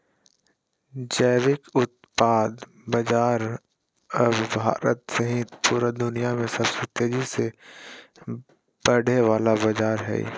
जैविक उत्पाद बाजार अब भारत सहित पूरा दुनिया में सबसे तेजी से बढ़े वला बाजार हइ